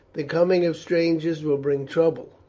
the coming of strangers will bring trouble.